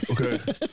Okay